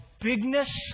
bigness